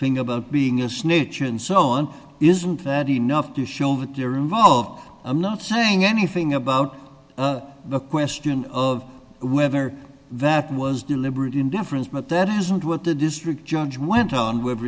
thing about being a snitch and so on isn't that enough to show that they're involved i'm not saying anything about a question of whether that was deliberate indifference but that isn't what the district judge went on w